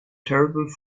terrible